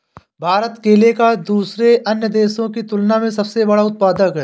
भारत केले का दूसरे अन्य देशों की तुलना में सबसे बड़ा उत्पादक है